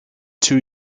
two